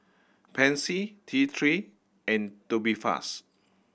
Pansy T Three and Tubifast